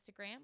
Instagram